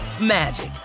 magic